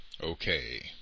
Okay